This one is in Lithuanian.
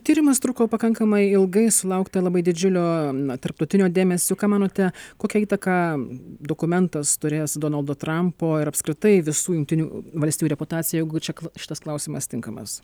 tyrimas truko pakankamai ilgai sulaukta labai didžiulio na tarptautinio dėmesio ką manote kokią įtaką dokumentas turės donaldo trampo ir apskritai visų jungtinių valstijų reputacijai jeigu čia šitas klausimas tinkamas